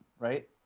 Right